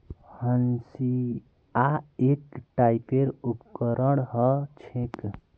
हंसिआ एक टाइपेर उपकरण ह छेक